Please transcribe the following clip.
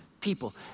people